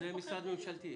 זה משרד ממשלתי.